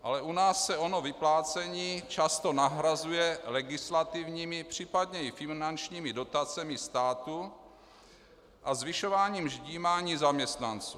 Ale u nás se ono vyplácení často nahrazuje legislativními, případně i finančními dotacemi státu a zvyšováním ždímání zaměstnanců.